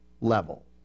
level